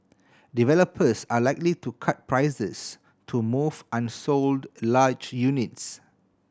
developers are likely to cut prices to move unsold large units